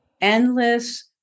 endless